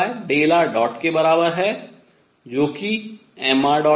pr ∂E∂r के बराबर है जो कि mṙ है